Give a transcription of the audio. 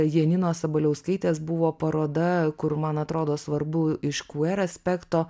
janinos sabaliauskaitės buvo paroda kur man atrodo svarbu iš kuer aspekto